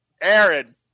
Aaron